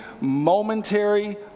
momentary